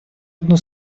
одну